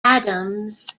adams